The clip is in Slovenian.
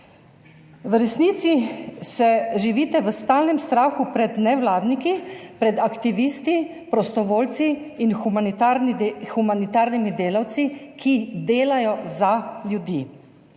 V resnici se živite v stalnem strahu pred nevladniki, pred aktivisti, prostovoljci in humanitarnimi delavci, ki delajo za ljudi,